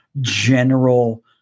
general